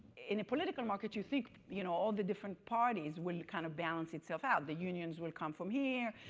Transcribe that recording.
in a political market you think, you know all the different parties will kind of balance itself out. the unions will come from here,